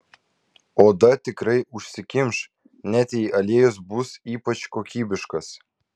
oda tikrai užsikimš net jei aliejus bus ypač kokybiškas